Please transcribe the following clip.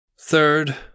Third